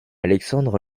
alexandre